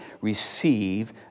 receive